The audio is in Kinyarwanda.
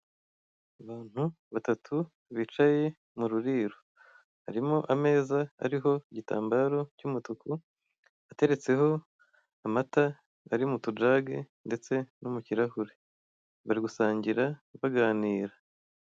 Abantu batatu bicaye mururiro harimo ameza ariho igitambaro cy'umutuku ateretseho amata ari mutujage ndetse no mukirahure bari gusangira baganira.